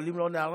אבל אם לא ניערך,